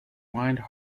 blind